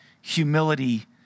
humility